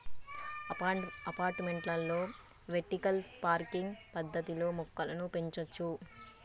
అపార్టుమెంట్లలో vertical farming పద్దతిలో మొక్కలను పెంచొచ్చు